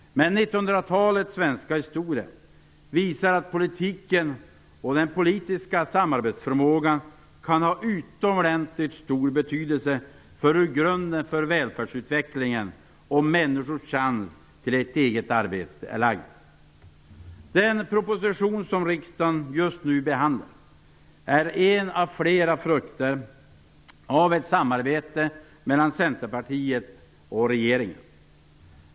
Men 1900-talets svenska historia visar att politiken och den politiska samarbetsförmågan kan ha utomordentligt stor betydelse för hur grunden för välfärdsutvecklingen och människors chans till ett eget arbete är lagd. Den proposition som riksdagen nu behandlar är en av flera frukter av ett samarbete mellan Centerpartiet och regeringen.